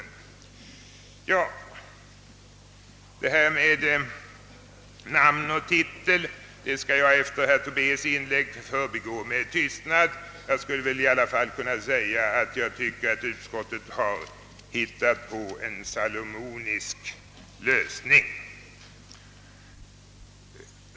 Frågan om namn och titel i detta sammanhang skall jag efter herr Tobés inlägg förbigå med tystnad. Jag skulle i alla fall kunna säga att jag tycker att utskottet har hittat på en salomonisk lösning.